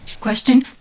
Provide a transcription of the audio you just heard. Question